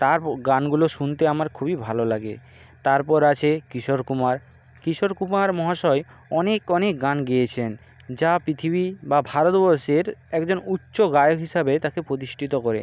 তার গানগুলো শুনতে আমার খুবই ভালো লাগে তারপর আছে কিশোর কুমার কিশোর কুমার মহাশয় অনেক অনেক গান গেয়েছেন যা পিথিবী বা ভারতবর্ষের একজন উচ্চ গায়ক হিসাবে তাকে প্রতিষ্টিত করে